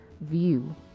view